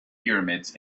pyramids